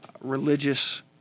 religious